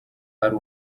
ari